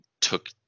took